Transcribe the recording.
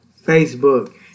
Facebook